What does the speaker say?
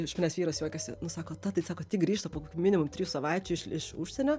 iš manęs vyras juokiasi sako ta tai sako tik grįžta po minimum trijų savaičių iš iš užsienio